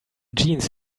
jeans